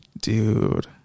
Dude